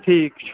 ٹھیٖک چھُ